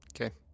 Okay